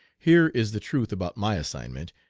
here is the truth about my assignment,